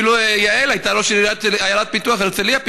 אפילו יעל הייתה ראש עיירת פיתוח, הרצליה פיתוח.